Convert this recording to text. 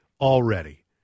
already